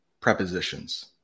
prepositions